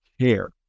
care